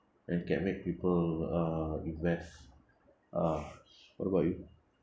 and can make people uh invest uh what about you